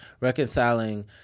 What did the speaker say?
reconciling